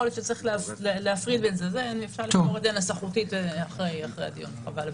מזכירים תאגידים אחרים.